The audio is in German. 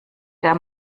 der